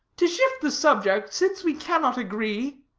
to shift the subject, since we cannot agree.